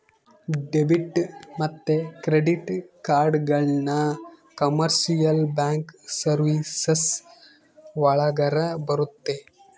debit ಮತ್ತೆ credit ಕಾರ್ಡ್ಗಳನ್ನ commercial bank services ಒಳಗರ ಬರುತ್ತೆ